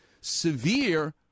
severe